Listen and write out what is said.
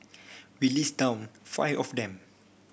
we list down five of them